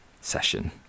session